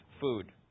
food